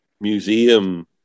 museum